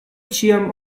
ĉiam